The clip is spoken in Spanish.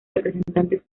representantes